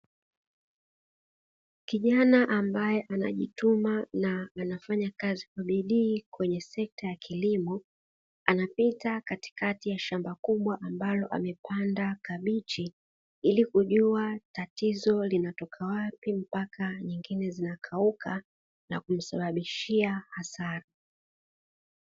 Kijana ambae anajituma na anafanya kazi kwa bidii kwenye sekta ya kilimo anapita katikati ya shamba kubwa, ambalo amepanda kabichi ili kujua tatizo linatoka wapi mpaka nyingine zina kauka na kumsababishia hasara.